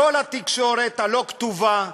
בכל התקשורת הלא-כתובה,